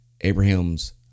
Abraham's